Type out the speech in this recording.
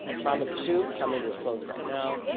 promis two, coming to a close right now.